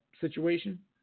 situation